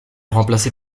remplacé